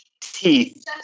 Teeth